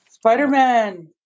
Spider-Man